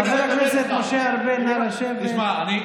הכנסת משה ארבל, נא לשבת.